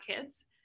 kids